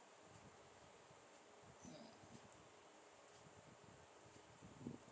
mm